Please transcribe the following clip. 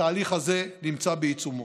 התהליך הזה נמצא בעיצומו.